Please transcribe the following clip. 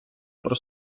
про